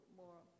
more